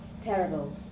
Terrible